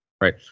right